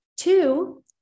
Two